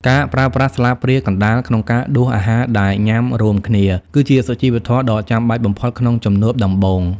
ការប្រើប្រាស់ស្លាបព្រាកណ្ដាលក្នុងការដួសអាហារដែលញ៉ាំរួមគ្នា គឺជាសុជីវធម៌ដ៏ចាំបាច់បំផុតក្នុងជំនួបដំបូង។